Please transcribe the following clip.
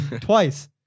Twice